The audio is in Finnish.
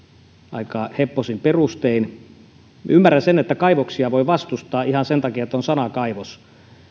aika heppoisin perustein ymmärrän sen että kaivoksia voi vastustaa ihan sen takia että on sana kaivos